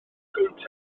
gownter